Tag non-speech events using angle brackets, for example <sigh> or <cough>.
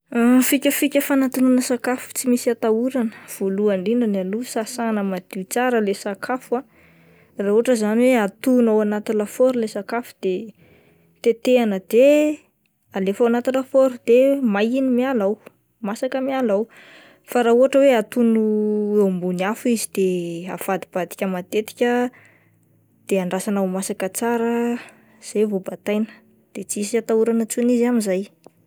<hesitation> Fikafika fanatonoana sakafo tsy misy atahorana, voalohany indrindra aloha sasana madio tsara ilay sakafo ah, raha ohatra izany hoe atono ao anaty lafaoro ilay sakafo de tetehina de alefa ao anaty lafaoro de may iny miala ao, masaka miala ao, fa raha ohatra hoe atono eo ambony afo izy de avadibadika matetika de andrasana ho masaka tsara izay vao bataina de tsisy atahorana intsony izy amin'izay.